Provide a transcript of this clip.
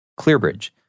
ClearBridge